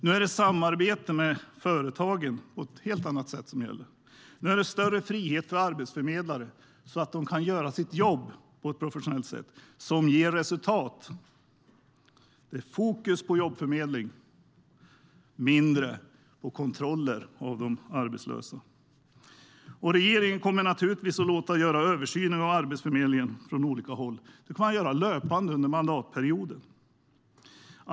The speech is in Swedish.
Nu är det samarbete med företagen på ett helt annat sätt som gäller. Nu är det större frihet för arbetsförmedlare att kunna göra sitt jobb på ett professionellt sätt så att det ger resultat. Det är mer fokus på jobbförmedling och mindre på kontroller av de arbetslösa. Regeringen kommer naturligtvis att låta göra översyner av Arbetsförmedlingen från olika håll löpande under mandatperioden.